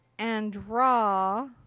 and draw